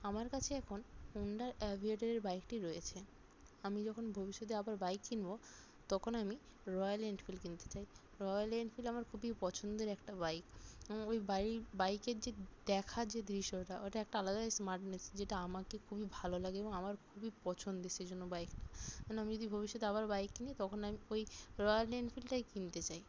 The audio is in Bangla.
আমার কাছে এখন হণ্ডার অ্যাভিয়েটারের বাইকটি রয়েছে আমি যখন ভবিষ্যতে আবার বাইক কিনবো তখন আমি রয়্যাল এনফিল্ড কিনতে চাই রয়্যাল এনফিল্ড আমার খুবই পছন্দের একটা বাইক ওই বাইক বাইকের যে দেখা যে দৃশ্যটা ওটা একটা আলাদাই স্মার্টনেস যেটা আমাকে খুবই ভালো লাগে এবং আমার খুবই পছন্দের সেই জন্য বাইক কারণ আমি যদি ভবিষ্যতে আবার বাইক কিনি তখন আমি ওই রয়্যাল এনফিল্ডটাই কিনতে চাই